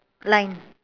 line